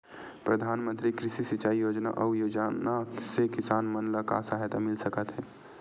प्रधान मंतरी कृषि सिंचाई योजना अउ योजना से किसान मन ला का सहायता मिलत हे?